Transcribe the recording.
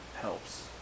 helps